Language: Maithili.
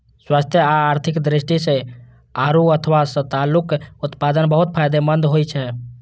स्वास्थ्य आ आर्थिक दृष्टि सं आड़ू अथवा सतालूक उत्पादन बहुत फायदेमंद होइ छै